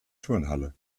turnhalle